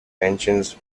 engines